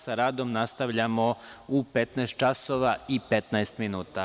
Sa radom nastavljamo u 15 časova i 15 minuta.